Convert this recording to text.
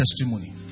testimony